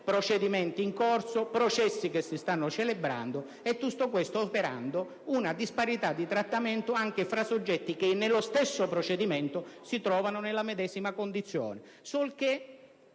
procedimenti in corso, processi che si stanno celebrando. E tutto questo, operando una disparità di trattamento anche tra soggetti che nello stesso procedimento si trovano nella medesima condizione: